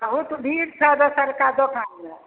बहुत भीड़ छौ दोसरका दोकानमे